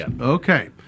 Okay